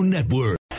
Network